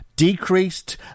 Decreased